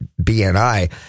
BNI